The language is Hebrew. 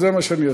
וזה מה שאעשה,